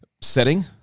setting